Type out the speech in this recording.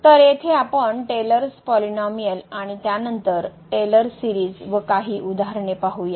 तर येथे आपण टेलर्स पोलिनोमिअल Taylor's polynomialआणि त्यानंतर टेलर सीरीज व काही उदाहरने पाहू या